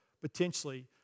potentially